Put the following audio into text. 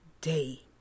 day